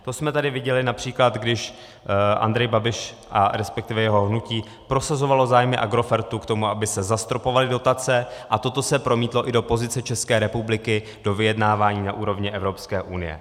To jsme tady viděli například, když Andrej Babiš, respektive jeho hnutí prosazovalo zájmy Agrofertu k tomu, aby se zastropovaly dotace, a toto se promítlo i do pozice České republiky, do vyjednávání na úrovni Evropské unie.